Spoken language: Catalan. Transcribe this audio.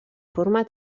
forma